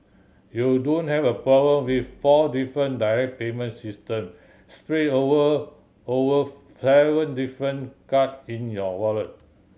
you don't have a problem with four different direct payment system spread over over seven different card in your wallet